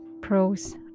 Pros